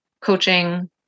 coaching